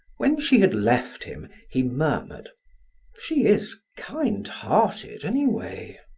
when she had left him, he murmured she is kind-hearted, anyway.